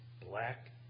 black